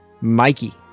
Mikey